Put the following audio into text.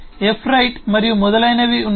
fwrite మరియు మొదలైనవి ఉన్నాయి